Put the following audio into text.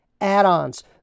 add-ons